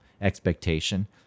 expectation